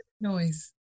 noise